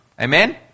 Amen